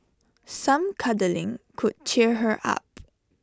some cuddling could cheer her up